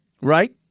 Right